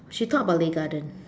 she talk about Lei Garden